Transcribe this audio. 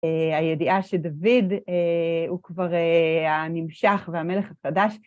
הידיעה שדוד הוא כבר הנמשח והמלך החדש.